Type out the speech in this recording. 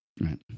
Right